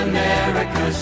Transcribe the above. America